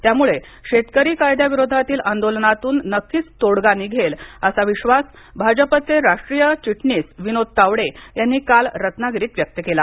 त्यामुळे शेतकरी कायद्याविरोधातील आंदोलनातून नक्कीच तोडगा निघेल असा विश्वास भाजपचे राष्ट्रीय चिटणीस विनोद तावडे यांनी काल रत्नागिरीत व्यक्त केला